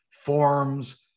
forms